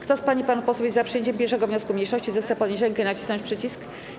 Kto z pań i panów posłów jest za przyjęciem 1. wniosku mniejszości, zechce podnieść rękę i nacisnąć przycisk.